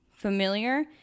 Familiar